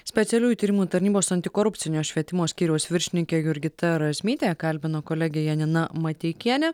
specialiųjų tyrimų tarnybos antikorupcinio švietimo skyriaus viršininkė jurgita razmytė kalbino kolegė janina mateikienė